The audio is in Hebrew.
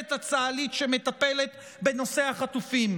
המינהלת הצה"לית שמטפלת בנושא החטופים.